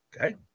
Okay